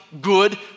good